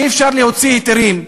אי-אפשר להוציא היתרים,